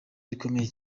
rikomeye